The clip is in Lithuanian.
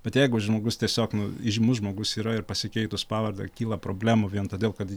bet jeigu žmogus tiesiog nu įžymus žmogus yra ir pasikeitus pavardę kyla problemų vien todėl kad